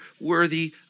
worthy